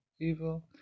evil